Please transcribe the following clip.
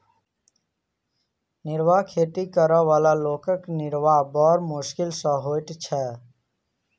निर्वाह खेती करअ बला लोकक निर्वाह बड़ मोश्किल सॅ होइत छै